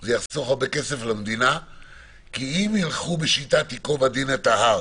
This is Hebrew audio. זה יחסוך הרבה כסף למדינה כי אם ילכו בשיטת "ייקוב הדין את ההר"